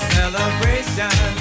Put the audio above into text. celebration